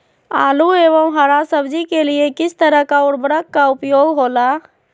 आलू एवं हरा सब्जी के लिए किस तरह का उर्वरक का उपयोग होला?